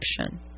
action